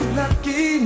lucky